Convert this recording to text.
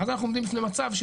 ואז אנחנו עומדים בפני מצב,